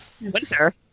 Winter